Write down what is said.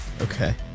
Okay